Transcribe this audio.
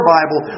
Bible